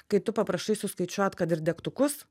kai tu paprašai suskaičiuot kad ir degtukus